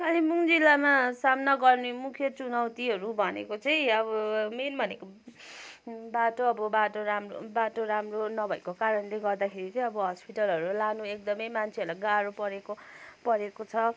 कालिम्पोङ जिल्लामा सामना गर्ने मुख्य चुनौतीहरू भनेको चाहिँ अब मेन भनेको बाटो अब बाटो राम्रो बाटो राम्रो नभएको कारणले गर्दाखेरि चाहिँ अब हस्पिटलहरू लानु एकदमै मान्छेहरूलाई गाह्रो परेको परेको छ